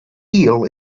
eel